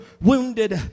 wounded